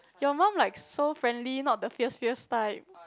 your mum like so friendly not the fierce fierce type